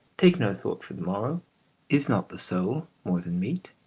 take no thought for the morrow is not the soul more than meat?